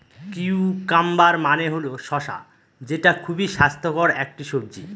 cucumber মানে হল শসা যেটা খুবই স্বাস্থ্যকর একটি সবজি